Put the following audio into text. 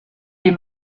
des